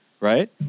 Right